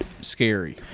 scary